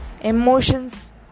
emotions